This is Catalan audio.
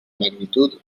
magnitud